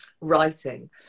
writing